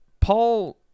Paul